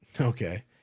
Okay